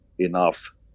enough